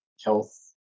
health